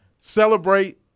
celebrate